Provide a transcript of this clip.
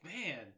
man